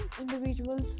individuals